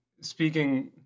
speaking